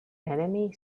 enemy